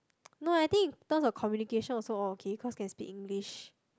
no I think in term of communications also all okay because can speak English